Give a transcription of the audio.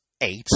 eight